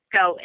go